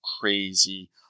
crazy